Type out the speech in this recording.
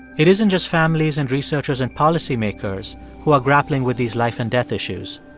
it isn't just families and researchers and policymakers who are grappling with these life-and-death issues.